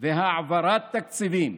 והעברת תקציבים,